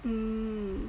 mm